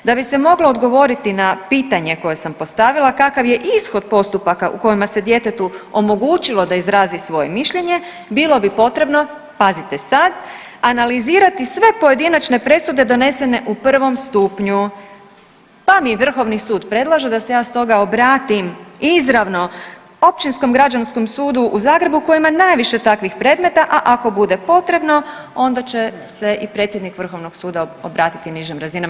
Da bi se moglo odgovoriti na pitanje koje sam postavila kakav je ishod postupaka u kojima se djetetu omogućilo da izrazi svoje mišljenje bilo bi potrebno, pazite sad, analizirati sve pojedinačne presude donesene u prvom stupnju, pa mi vrhovni sud predlaže da se ja stoga obratim izravno Općinskom građanskom sudu u Zagrebu koji ima najviše takvih predmeta, a ako bude potrebno onda će se i predsjednik vrhovnog suda obratiti nižim razinama.